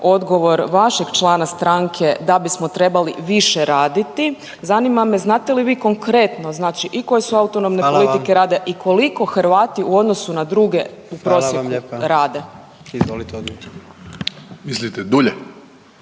odgovor vašeg člana stranke da bismo trebali više raditi. Zanima me znate li vi konkretno, znači i koje su autonomne politike rada i koliko Hrvati u odnosu na druge u prosjeku rade. **Jandroković, Gordan (HDZ)** Hvala